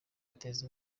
ateza